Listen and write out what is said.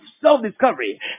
self-discovery